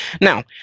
Now